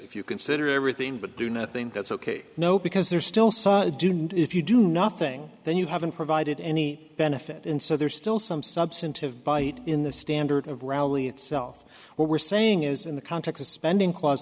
if you consider everything but do nothing that's ok no because there's still so if you do nothing then you haven't provided any benefit and so there's still some substantive bite in the standard of rally itself what we're saying is in the context spending cla